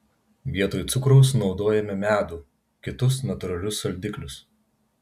vietoj cukraus naudojame medų kitus natūralius saldiklius